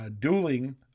dueling